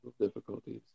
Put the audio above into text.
difficulties